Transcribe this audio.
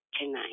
tonight